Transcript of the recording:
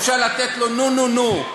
אפשר לתת לו נו-נו-נו.